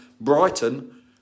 Brighton